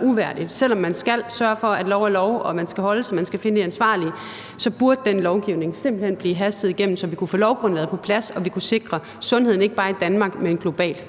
uværdigt. Selv om man skal sørge for, at lov er lov og den skal overholdes, og man skal finde de ansvarlige, så burde den lovgivning simpelt hen blive hastet igennem, så vi kunne få lovgrundlaget på plads og vi kunne sikre sundheden ikke bare i Danmark, men også globalt.